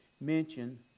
mention